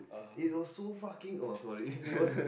it was so fucking oh I'm sorry it was